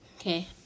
Okay